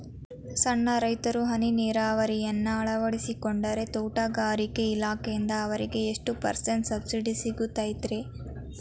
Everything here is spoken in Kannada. ಸಣ್ಣ ರೈತರು ಹನಿ ನೇರಾವರಿಯನ್ನ ಅಳವಡಿಸಿಕೊಂಡರೆ ತೋಟಗಾರಿಕೆ ಇಲಾಖೆಯಿಂದ ಅವರಿಗೆ ಎಷ್ಟು ಪರ್ಸೆಂಟ್ ಸಬ್ಸಿಡಿ ಸಿಗುತ್ತೈತರೇ?